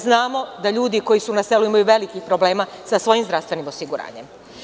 Znamo da ljudi koji su na selu imaju velikih problema sa svojim zdravstvenim osiguranjem.